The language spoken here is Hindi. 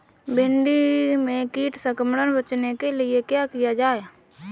भिंडी में कीट संक्रमण से बचाने के लिए क्या किया जाए?